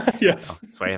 Yes